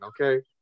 okay